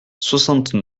soixante